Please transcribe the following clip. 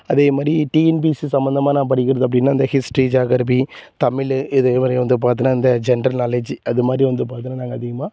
அதே மாதிரி டிஎன்பிஎஸ்சி சம்மந்தமாக நான் படிக்கிறது அப்படின்னா இந்த ஹிஸ்ட்ரி ஜாகிராஃபி தமிழ் இது வரையும் வந்து பார்த்தினா இந்த ஜென்ரல் நாலேஜி அது மாதிரி வந்து பார்த்தினா நாங்கள் அதிகமாக